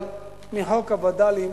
מחוק הווד”לים